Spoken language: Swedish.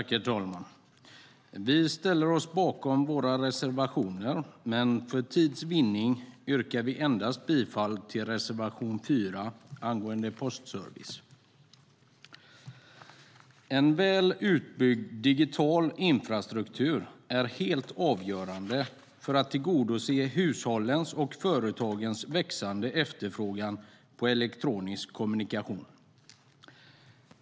Herr talman! Vi står bakom våra reservationer, men för tids vinnande yrkar vi endast bifall till reservation 4 angående postservice. En väl utbyggd digital infrastruktur är helt avgörande för att tillgodose hushållens och företagens växande efterfrågan på elektronisk kommunikation.